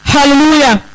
Hallelujah